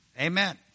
Amen